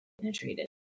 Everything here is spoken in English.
penetrated